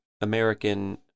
American